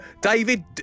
david